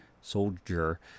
soldier